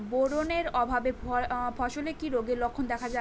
Boron এর অভাবে ফসলে কি রোগের লক্ষণ দেখা যায়?